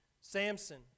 Samson